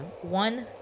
one